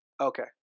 Okay